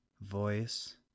voice